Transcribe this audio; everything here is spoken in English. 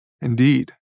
Indeed